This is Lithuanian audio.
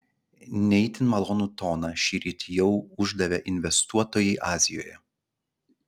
ne itin malonų toną šįryt jau uždavė investuotojai azijoje